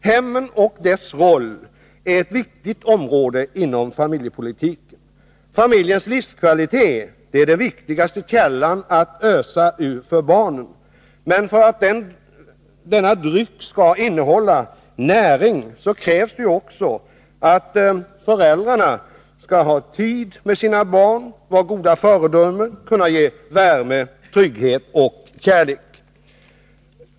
Hemmen och deras roll är ett viktigt område inom familjepolitiken. Familjens livskvalitet är den viktigaste källan att ösa ur för barnen. Men för att denna dryck skall innehålla näring krävs också att föräldrarna har tid för sina barn, är goda föredömen och kan ge värme, trygghet och kärlek.